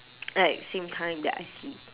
like same time that I sleep